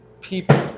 people